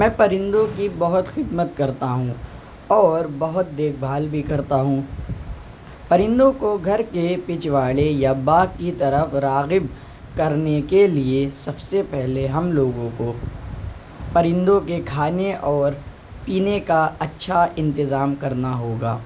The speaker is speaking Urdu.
میں پرندوں کی بہت خدمت کرتا ہوں اور بہت دیکھ بھال بھی کرتا ہوں پرندوں کو گھر کے پچھواڑے یا باغ کی طرف راغب کرنے کے لیے سب سے پہلے ہم لوگوں کو پرندوں کے کھانے اور پینے کا اچھا انتظام کرنا ہوگا